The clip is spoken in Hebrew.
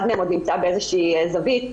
אחד מהם נמצא באיזושהי זווית,